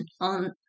on